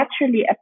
naturally